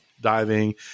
diving